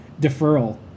deferral